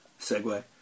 segue